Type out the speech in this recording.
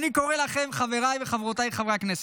אני קורא לכם, חבריי וחברותיי חברי הכנסת,